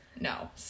no